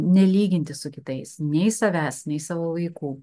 nelyginti su kitais nei savęs nei savo vaikų